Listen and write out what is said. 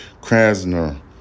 Krasner